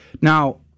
Now